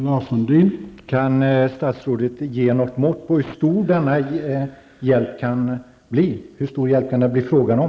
Herr talman! Kan statsrådet ge något mått på hur stor hjälp det kan bli fråga om?